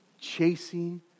chasing